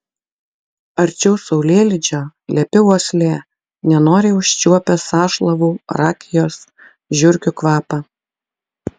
arčiau saulėlydžio lepi uoslė nenoriai užčiuopia sąšlavų rakijos žiurkių kvapą